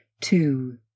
two